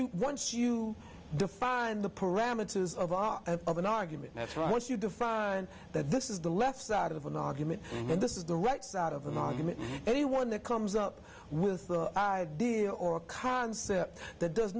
you once you define the parameters of aa of an argument that's what you define that this is the left side of an argument and this is the right side of an argument anyone that comes up with the idea or concept that does